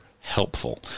helpful